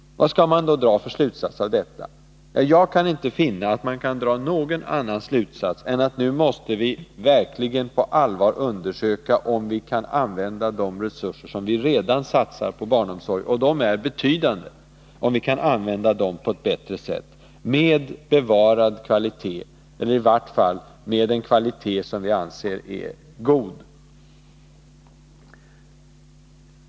Vad skall man då dra för slutsatser av detta? Jag kan inte finna att man kan dra någon annan slutsats än att nu måste vi verkligen på allvar undersöka om vi kan använda de resurser som vi redan satsar på barnomsorg — och de är betydande — på ett bättre sätt, med bevarad kvalitet eller i vart fall med en kvalitet som vi anser är god.